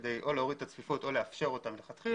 כדי או להוריד את הצפיפות או לאפשר אותה מלכתחילה,